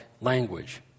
language